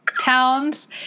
Towns